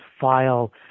file